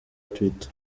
twitter